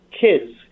kids